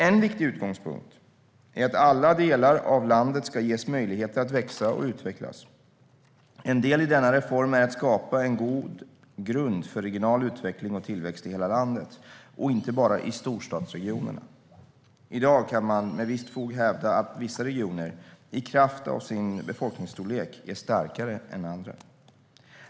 En viktig utgångspunkt är att alla delar av landet ska ges möjligheter att växa och utvecklas. En del i denna reform är att skapa en god grund för regional utveckling och tillväxt i hela landet och inte bara i storstadsregionerna. I dag kan man med visst fog hävda att vissa regioner, i kraft av sin befolkningsstorlek, är starkare än andra.